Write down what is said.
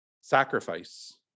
Sacrifice